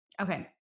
Okay